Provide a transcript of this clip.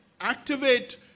activate